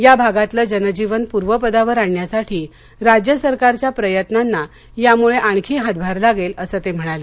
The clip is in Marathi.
या भागातलं जनजीवन पूर्वपदावर आणण्यासाठी राज्य सरकारच्या प्रयत्नांना यामुळे आणखी हातभार लागेल असं ते म्हणाले